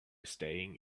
staying